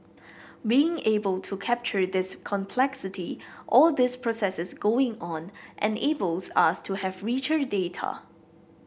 being able to capture this complexity all these processes going on enables us to have richer data